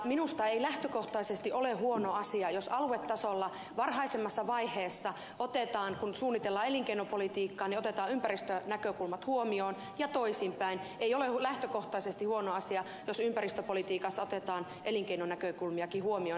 minusta ei lähtökohtaisesti ole huono asia jos aluetasolla varhaisemmassa vaiheessa kun suunnitellaan elinkeinopolitiikkaa otetaan ympäristönäkökulmat huomioon ja toisinpäin ei ole lähtökohtaisesti huono asia jos ympäristöpolitiikassa otetaan elinkeinonäkökulmiakin huomioon